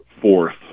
fourth –